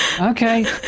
Okay